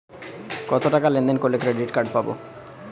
কতটাকা লেনদেন করলে ক্রেডিট কার্ড পাব?